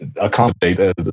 accommodate